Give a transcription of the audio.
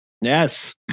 Yes